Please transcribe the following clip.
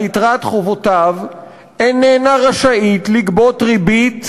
יתרת חובותיו איננה רשאית לגבות ריבית,